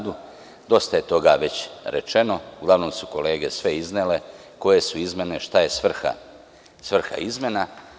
Dosta je toga već rečeno, uglavnom su kolege sve iznele, koje su izmene i šta je svrha izmena.